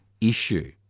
issue